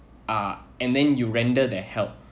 uh and then you render that help